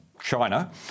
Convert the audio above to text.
China